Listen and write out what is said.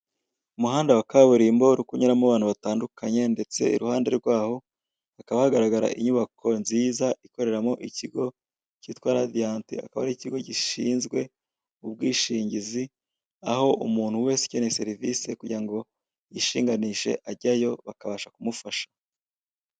Umuhanda wa kaburimbo uri kunyuramo abantu batandunkanye ndetse iruhande rwaho hakaba hagaragara inyubako nziza ikoreramo ikigo cyitwa radiyanti, akaba ari ikigo gishinzwe ubwishingizi aho umuntu wese ukeneye serivise kugira ngo yishinganishe ajyayo bakabasha kumufasha.